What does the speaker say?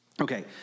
Okay